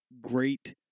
great